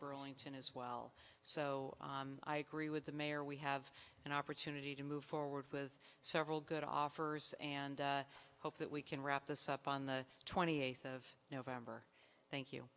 burlington as well so i agree with the mayor we have an opportunity to move forward with several good offers and hope that we can wrap this up on the twenty eighth of november thank you